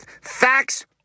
Facts